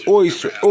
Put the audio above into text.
oyster